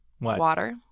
water